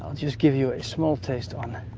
just give you a small taste on.